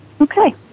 Okay